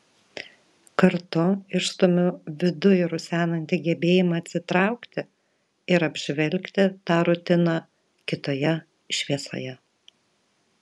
kartu išstumiu viduj rusenantį gebėjimą atsitraukti ir apžvelgti tą rutiną kitoje šviesoje